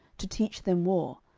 to teach them war,